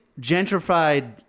gentrified